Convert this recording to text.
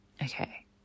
Okay